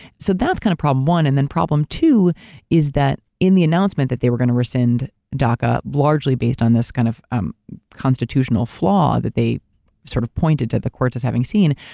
so that's kind of problem one and problem two is that in the announcement that they were gonna rescind daca largely based on this kind of um constitutional flaw that they sort of pointed to the courts as having seen,